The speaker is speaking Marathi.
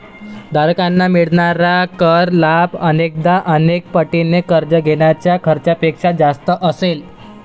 धारकांना मिळणारा कर लाभ अनेकदा अनेक पटीने कर्ज घेण्याच्या खर्चापेक्षा जास्त असेल